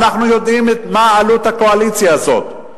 אנחנו יודעים מה עלות הקואליציה הזאת.